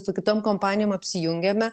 su kitom kompanijom apsijungiame